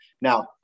Now